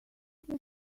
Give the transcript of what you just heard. that